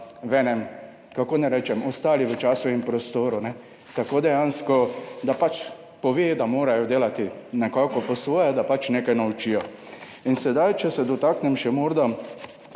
da so na ministrstvu ostali v času in prostoru, tako dejansko pač pove, da morajo delati nekako po svoje, da pač nekaj naučijo. In sedaj, če se dotaknem še morda